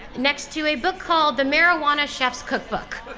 next to a book called the marijuana chef's cookbook.